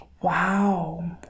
Wow